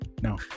No